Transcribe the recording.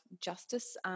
justice